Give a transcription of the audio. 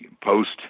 post